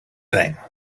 thing